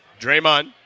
Draymond